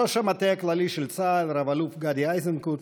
ראש המטה הכללי של צה"ל רב-אלוף גדי איזנקוט,